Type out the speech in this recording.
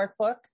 workbook